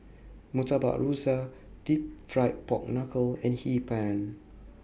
Murtabak Rusa Deep Fried Pork Knuckle and Hee Pan